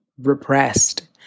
repressed